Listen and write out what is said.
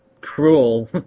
cruel